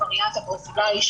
הווריאנט הברזילאי,